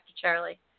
Charlie